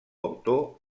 autor